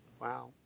Wow